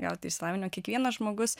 gauti išsilavinimą kiekvienas žmogus